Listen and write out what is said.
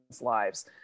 lives